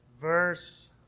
verse